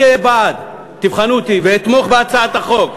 אני אהיה בעד, תבחנו אותי, ואתמוך בהצעת החוק.